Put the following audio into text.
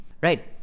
Right